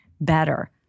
better